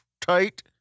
tight